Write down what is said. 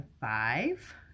five